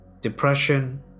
Depression